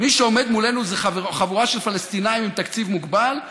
מי שעומד מולנו זו חבורה של פלסטינים עם תקציב מוגבל,